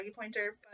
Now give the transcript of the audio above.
Pointer